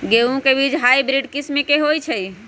गेंहू के बीज हाइब्रिड किस्म के होई छई?